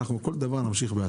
אנחנו נמשיך כל דבר בהסכמה.